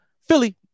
Philly